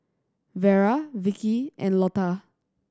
Vera Vikki and Lotta